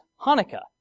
Hanukkah